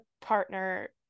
partner